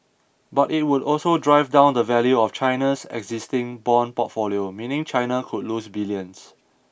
but it would also drive down the value of China's existing bond portfolio meaning China could lose billions